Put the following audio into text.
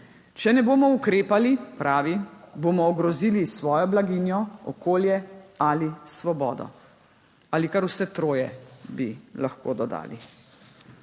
Če ne bomo ukrepali, pravi, bomo ogrozili svojo blaginjo, okolje ali svobodo. Ali kar vse troje, bi lahko dodali.